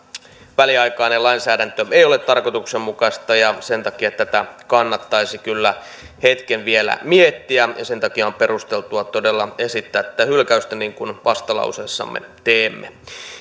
väliaikainen lainsäädäntö ei ole tarkoituksenmukaista ja sen takia tätä kannattaisi kyllä hetken vielä miettiä sen takia on perusteltua todella esittää tätä hylkäystä niin kuin vastalauseessamme teemme